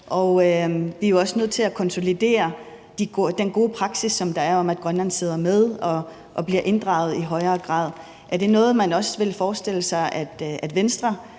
Vi jo er nødt til at konsolidere den gode praksis, der er med, at Grønland sidder med ved bordet og bliver inddraget i højere grad, så mit spørgsmål er: Er det noget, man også kunne forestille sig at Venstre,